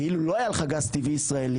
ואילו לא היה לך גז טבעי ישראלי,